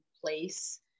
place